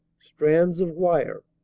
strands of wire,